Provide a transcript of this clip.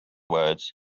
words